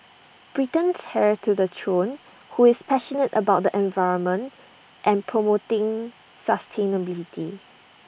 Britain's heir to the throne who is passionate about the environment and promoting sustainability